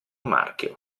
marchio